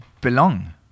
belong